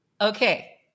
Okay